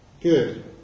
good